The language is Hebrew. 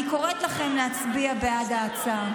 אני קוראת לכם להצביע בעד ההצעה.